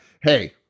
hey